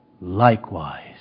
likewise